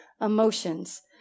emotions